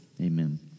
Amen